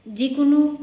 যিকোনো